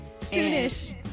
soon-ish